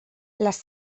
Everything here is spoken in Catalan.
les